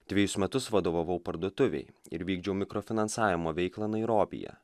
dvejus metus vadovavau parduotuvei ir vykdžiau mikro finansavimo veiklą nairobyje